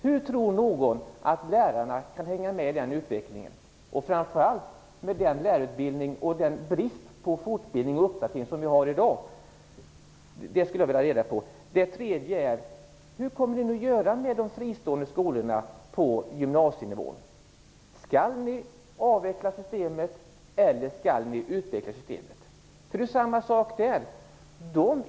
Hur kan någon tro att lärarna kan hänga med i den utvecklingen, framför allt med hänsyn tagen till den lärarutbildning och den brist på fortbildning och uppdatering som råder i dag? Det skulle jag vilja ha reda på. Min tredje fråga är: Hur kommer ni socialdemokrater att göra med de fristående skolorna på gymnasienivå? Skall ni avveckla systemet eller skall ni utveckla det? Det är ju samma förhållande där.